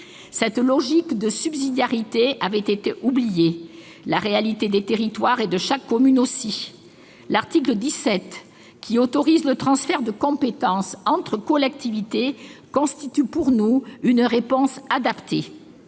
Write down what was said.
Cette logique de subsidiarité avait été oubliée, tout comme la réalité des territoires et de chaque commune. De ce point de vue, l'article 17, qui autorise le transfert de compétences entre collectivités, constitue, à nos yeux, une réponse adaptée.